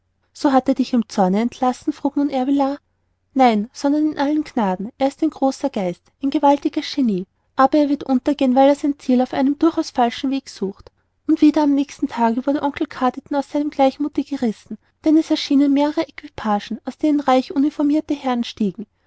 so hat er dich wohl im zorne entlassen frug nun ervillard nein sondern in allen gnaden er ist ein großer geist ein gewaltiges genie aber er wird untergehen weil er sein ziel auf einem durchaus falschen weg sucht und wieder am nächsten tage wurde oncle carditon aus seinem gleichmuthe gerissen denn es erschienen mehrere equipagen aus denen reich uniformirte herren stiegen